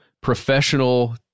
professional